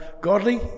godly